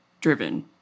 driven